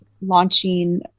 launching